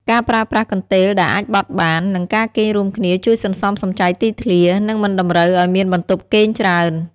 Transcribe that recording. ការប្រើប្រាស់កន្ទេលដែលអាចបត់បាន និងការគេងរួមគ្នាជួយសន្សំសំចៃទីធ្លា និងមិនតម្រូវឱ្យមានបន្ទប់គេងច្រើន។